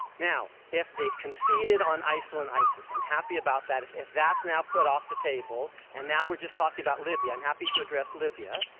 now, if they've conceded on isil and isis i'm happy about that. if if that's now put off the table, and now we're just talking about libya, i'm happy to address libya.